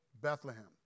Bethlehem